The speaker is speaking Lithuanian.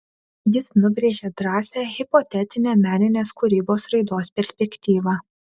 jis nubrėžė drąsią hipotetinę meninės kūrybos raidos perspektyvą